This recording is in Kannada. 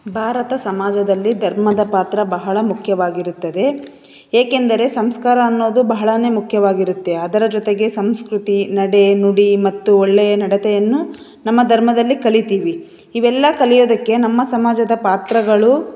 ಭಾರತ ಸಮಾಜದಲ್ಲಿ ಧರ್ಮದ ಪಾತ್ರ ಬಹಳ ಮುಖ್ಯವಾಗಿರುತ್ತದೆ ಏಕೆಂದರೆ ಸಂಸ್ಕಾರ ಅನ್ನೋದು ಬಹಳಾ ಮುಖ್ಯವಾಗಿರುತ್ತೆ ಅದರ ಜೊತೆಗೆ ಸಂಸ್ಕೃತಿ ನಡೆ ನುಡಿ ಮತ್ತು ಒಳ್ಳೆಯ ನಡತೆಯನ್ನೂ ನಮ್ಮ ಧರ್ಮದಲ್ಲಿ ಕಲೀತೀವಿ ಇವೆಲ್ಲ ಕಲಿಯೋದಕ್ಕೆ ನಮ್ಮ ಸಮಾಜದ ಪಾತ್ರಗಳು